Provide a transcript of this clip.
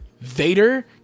Vader